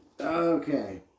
Okay